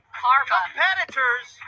competitors